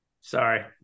Sorry